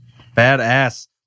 Badass